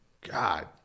God